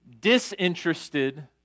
disinterested